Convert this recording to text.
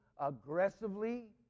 aggressively